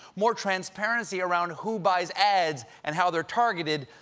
more transparency around who buys ads and how they are targeted,